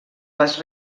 les